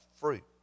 fruit